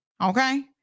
Okay